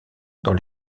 dans